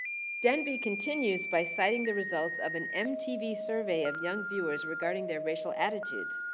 denby continues by citing the results of an mtv survey of young viewers regarding their racial attitudes.